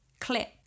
clip